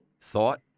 thought